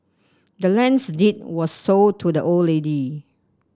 the land's deed was sold to the old lady